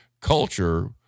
Culture